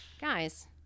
guys